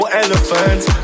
elephants